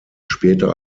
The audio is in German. später